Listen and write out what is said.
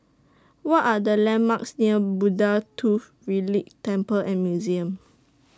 What Are The landmarks near Buddha Tooth Relic Temple and Museum